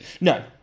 No